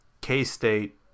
K-State